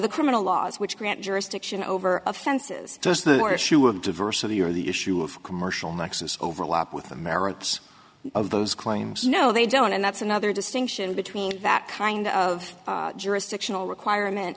the criminal laws which grant jurisdiction over offenses does not or issue of diversity or the issue of commercial nexus overlap with the merits of those claims no they don't and that's another distinction between that kind of jurisdictional requirement